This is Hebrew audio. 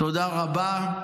תודה רבה.